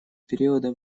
периода